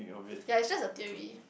ya is just a theory